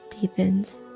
deepens